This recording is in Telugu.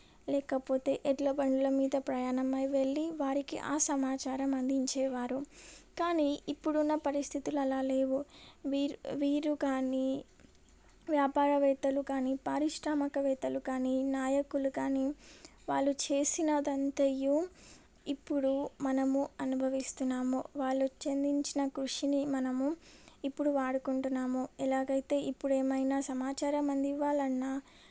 లేకపోతే ఎడ్ల బండ్ల మీద ప్రయాణమై వెళ్ళి వారికి ఆ సమాచారం అందించేవారు కానీ ఇప్పుడున్న పరిస్థితులు అలా లేవు వీర్ వీరు కానీ వ్యాపారవేత్తలు కానీ పారిశ్రామికవేత్తలు కానీ నాయకులు కానీ వాళ్ళు చేసినదంతా ఇప్పుడు మనము అనుభవిస్తున్నాము వాళ్ళు చిందించిన కృషిని మనము ఇప్పుడు వాడుకుంటున్నాము ఎలాగైతే ఇప్పుడేమైనా సమాచారం అందివ్వాలన్న